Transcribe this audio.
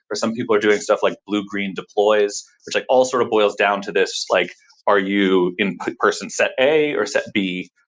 or some people are doing stuff like blue-green deploys, which like all sort of boils down to this like are you in person set a or set b?